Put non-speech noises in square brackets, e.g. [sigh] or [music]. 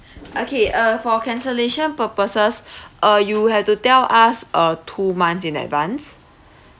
okay uh for cancellation purposes [breath] uh you have to tell us uh two months in advanced